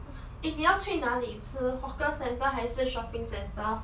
ah eh 你要去哪里吃 hawker centre 还是 shopping centre